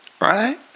right